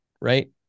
right